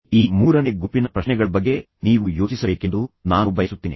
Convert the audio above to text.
ಈ ಮೂರನೇ ಗುಂಪಿನ ಪ್ರಶ್ನೆಗಳ ಬಗ್ಗೆ ನೀವು ಯೋಚಿಸಬೇಕೆಂದು ನಾನು ಬಯಸುತ್ತೇನೆ